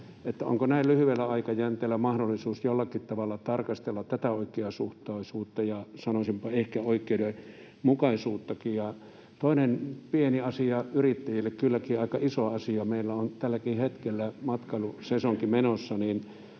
onko näin lyhyellä aikajänteellä mahdollista jollakin tavalla tarkastella tätä oikeasuhtaisuutta ja, sanoisinpa, ehkä oikeudenmukaisuuttakin? Ja toinen pieni asia — yrittäjille kylläkin aika iso asia — on se, että kun meillä on tälläkin hetkellä matkailusesonki menossa,